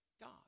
God